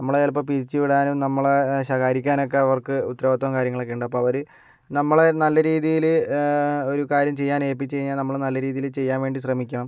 നമ്മളെ ചിലപ്പോൾ പിരിച്ചുവിടാനും നമ്മളെ ശകാരിക്കാനൊക്കെ അവർക്ക് ഉത്തരവാദിത്തവും കാര്യങ്ങളൊക്കെയുണ്ട് അപ്പോൾ അവര് നമ്മളെ നല്ല രീതിയില് ഒരു കാര്യം ചെയ്യാൻ ഏൽപ്പിച്ചു കഴിഞ്ഞാൽ നമ്മൾ നല്ല രീതിയിൽ ചെയ്യാൻ വേണ്ടി ശ്രമിക്കണം